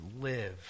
live